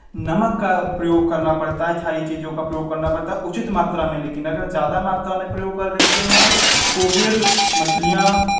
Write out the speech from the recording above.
नमक का प्रयोग करना पड़ता है क्षारीय चीज़ों का प्रयोग करना पड़ता है उचित मात्रा में लेकिन अगर ज़्यादा मात्रा में प्रयोग कर देते हैं तो फिर मछलियाँ